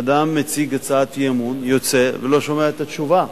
אדם מציג הצעת אי-אמון, יוצא, ולא שומע את התשובה.